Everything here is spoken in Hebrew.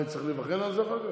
אני צריך להיבחן על זה אחר כך?